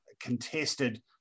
contested